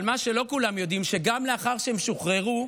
אבל מה שלא כולם יודעים הוא שגם לאחר שהם שוחררו,